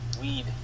weed